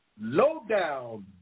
lowdown